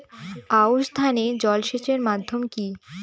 আউশ ধান এ জলসেচের মাধ্যম কি?